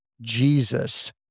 Jesus